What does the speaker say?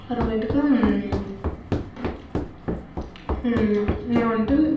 அப்புறமேட்டுக்கு நாங்கள் வந்துட்டு